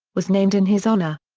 was named in his honor.